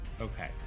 Okay